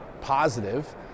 positive